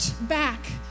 back